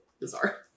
bizarre